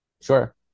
Sure